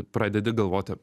pradedi galvoti